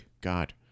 God